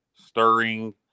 stirring